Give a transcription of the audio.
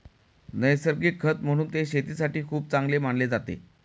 नैसर्गिक खत म्हणून ते शेतीसाठी खूप चांगले मानले जाते